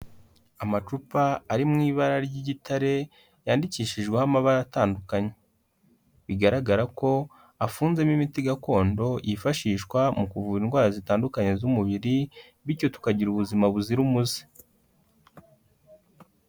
Amacupa ari mu ibara ry'igitare yandikishijweho amabara atandukanye, bigaragara ko afunzemo imiti gakondo yifashishwa mu kuvura indwara zitandukanye z'umubiri bityo tukagira ubuzima buzira umuze.